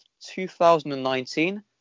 2019